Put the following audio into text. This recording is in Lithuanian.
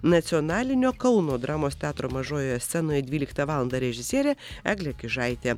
nacionalinio kauno dramos teatro mažojoje scenoje dvyliktą valandą režisierė eglė kižaitė